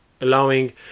allowing